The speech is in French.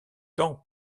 temps